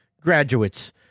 graduates